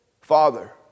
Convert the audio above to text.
Father